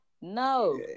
No